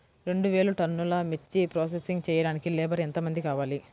రెండు వేలు టన్నుల మిర్చి ప్రోసెసింగ్ చేయడానికి లేబర్ ఎంతమంది కావాలి, ఖర్చు ఎంత అవుతుంది?